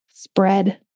Spread